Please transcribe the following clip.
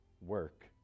work